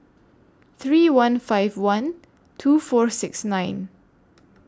three one five one two four six nine